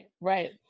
Right